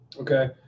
Okay